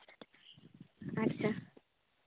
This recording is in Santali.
ᱟᱪᱪᱷᱟ